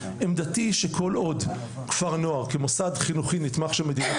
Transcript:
עמדתי שכל עוד כפר נוער כמוסד חינוכי נתמך של מדינת